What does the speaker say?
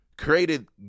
Created